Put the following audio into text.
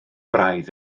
braidd